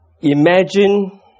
Imagine